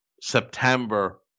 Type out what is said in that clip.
September